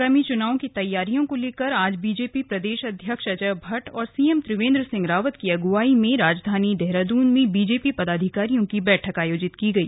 आगामी चुनावों की तैयारियों को लेकर आज बीजेपी प्रदेश अध्य्क्ष अजय भट्ट और सीएम त्रिवेंद्र सिंह रावत की अगुवाई में राजधानी देहरादून में बीजेपी पदाधिकारियों की बैठक आयोजित की गई